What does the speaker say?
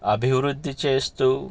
అభివృద్ధి చేస్తూ